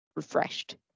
refreshed